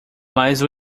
mas